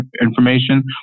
information